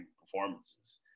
performances